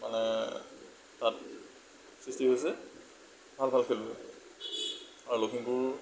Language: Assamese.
মানে তাত সৃষ্টি হৈছে ভাল ভাল খেলুৱৈ আৰু লখিমপুৰ